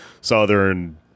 southern